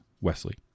Wesley